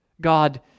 God